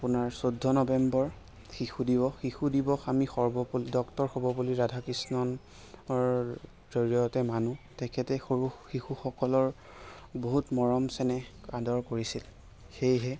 আপোনাৰ চৈধ্য নৱেম্বৰ শিশু দিৱস শিশু দিৱস আমি সৰ্বপল্লী ডক্টৰ সৰ্বপল্লী ৰাধাকৃষ্ণণৰ জৰিয়তে মানো তেখেতে সৰু শিশুসকলৰ বহুত মৰম চেনেহ আদৰ কৰিছিল সেয়েহে